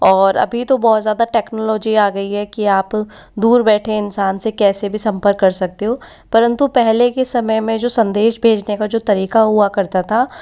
और अभी तो बहुत ज़्यादा टेक्नॉलोजी आ गई है कि आप दूर बैठे इंसान से कैसे भी संपर्क कर सकते हो परंतु पहले के समय में जो संदेश भेजने का जो तरीका हुआ करता था